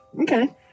Okay